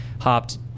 hopped